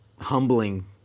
humbling